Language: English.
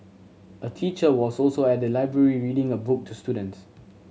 a teacher was also at the library reading a book to students